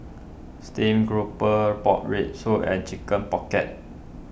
Steamed Grouper Pork Rib Soup and Chicken Pocket